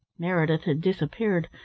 meredith had disappeared.